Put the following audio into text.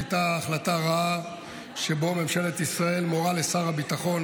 שהייתה החלטה רעה שבה ממשלת ישראל מורה לשר הביטחון